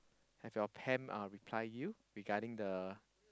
have your pam uh reply you regarding the